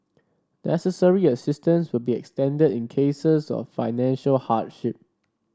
necessary assistance will be extended in cases of financial hardship